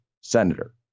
senator